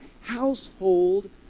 household